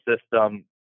system